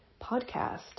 podcast